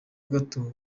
gato